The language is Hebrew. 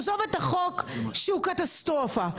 עזוב את החוק שהוא קטסטרופה,